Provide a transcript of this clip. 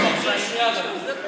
צריך להזמין לו מכשיר שמיעה דחוף.